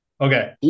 Okay